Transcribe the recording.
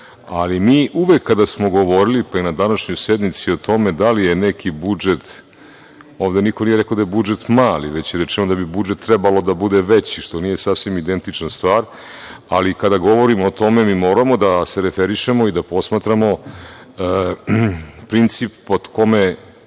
ali mi uvek kada smo govorili, pa i na današnjoj sednici o tome da li je neki budžet, ovde niko nije rekao da je budžet mali, već je rečeno da bi budžet trebalo da bude veći, što nije sasvim identična stvar, ali kada govorimo o tome mi moramo da se referišemo i da posmatramo princip pod kome